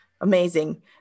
amazing